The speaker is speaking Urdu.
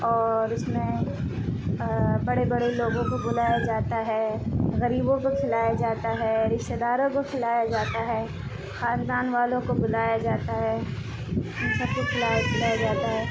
اور اس میں بڑے بڑے لوگوں کو بلایا جاتا ہے غریبوں کو کھلایا جاتا ہے رشتہ داروں کو کھلایا جاتا ہے خاندان والوں کو بلایا جاتا ہے ان سب کو کھلایا پلایا جاتا ہے